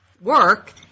work